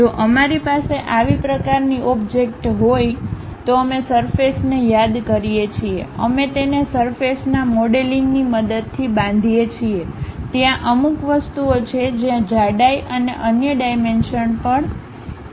જો અમારી પાસે આવી પ્રકારની ઓબ્જેક્ટ્હોય તો અમે સરફેસને યાદ કરીએ છીએ અમે તેને સરફેસના મ મોડેલિંગની મદદથી બાંધીએ છીએ ત્યાં અમુક વસ્તુઓ છે જ્યાં જાડાઈ અને અન્ય ડાઇમેનશન પણ મહત્વપૂર્ણ છે